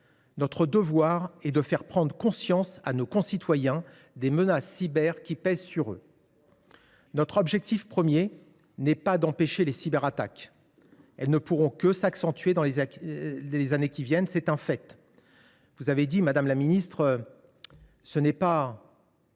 Notre devoir est de faire prendre conscience à nos concitoyens des menaces cyber qui pèsent sur eux. Notre objectif premier n’est pas d’empêcher les cyberattaques. Elles ne pourront que s’accentuer dans les années qui viennent – c’est un fait. Vous avez indiqué, madame la ministre, que la